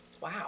Wow